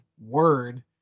word